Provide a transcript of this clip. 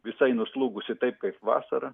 visai nuslūgusi taip kaip vasarą